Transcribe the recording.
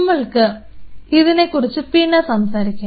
നമ്മൾക്ക് ഇതിനെക്കുറിച്ച് പിന്നെ സംസാരിക്കാം